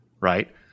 right